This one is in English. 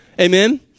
amen